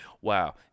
Wow